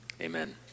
amen